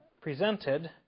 presented